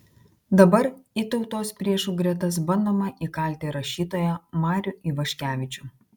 dabar į tautos priešų gretas bandoma įkalti rašytoją marių ivaškevičių